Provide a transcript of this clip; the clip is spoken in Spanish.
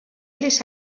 les